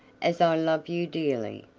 as i love you dearly,